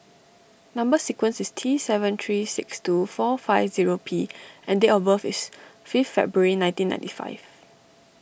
Number Sequence is T seven three six two four five zero P and date of birth is fifth February nineteen ninety five